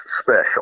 Special